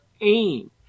aim